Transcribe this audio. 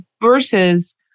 Versus